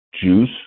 juice